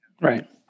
Right